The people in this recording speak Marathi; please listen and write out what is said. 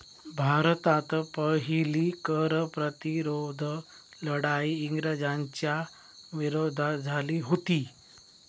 भारतात पहिली कर प्रतिरोध लढाई इंग्रजांच्या विरोधात झाली हुती